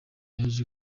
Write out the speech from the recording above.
yaje